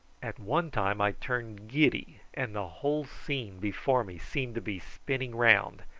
at one time i turned giddy and the whole scene before me seemed to be spinning round,